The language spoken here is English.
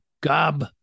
Gob